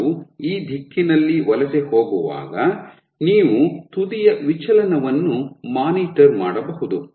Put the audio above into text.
ಕೋಶವು ಈ ದಿಕ್ಕಿನಲ್ಲಿ ವಲಸೆ ಹೋಗುವಾಗ ನೀವು ತುದಿಯ ವಿಚಲನವನ್ನು ಮಾನಿಟರ್ ಮಾಡಬಹುದು